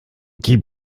die